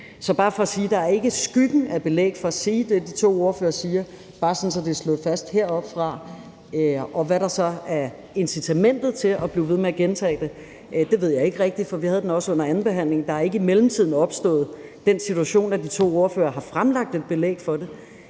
heroppefra, at der ikke er skyggen af belæg for at sige det, de to ordførere siger. Hvad der så er incitamentet til at blive ved med at gentage det, ved jeg ikke rigtigt, for vi havde den også under andenbehandlingen. Der er ikke i mellemtiden opstået den situation, at de to ordførere har fremlagt et belæg for det,